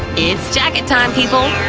it's jacket time, people!